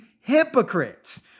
hypocrites